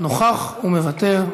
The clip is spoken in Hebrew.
נוכח ומוותר.